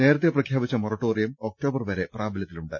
നേരത്തെ പ്രഖ്യാപിച്ച moratorium October വരെ പ്രാബലൃത്തിലു ണ്ട്